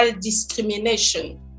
discrimination